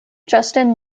justin